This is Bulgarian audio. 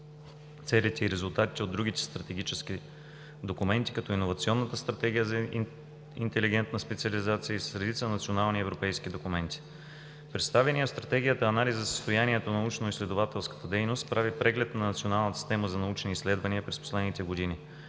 целите и резултатите от другите стратегически документи, като Иновационната стратегия за интелигентна специализация и с редица национални европейски документи. Представеният в Стратегията анализ за състоянието на научно-изследователската дейност прави преглед на националната система за научни изследвания през последните години.